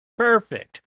Perfect